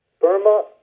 Burma